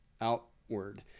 outward